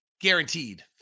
guaranteed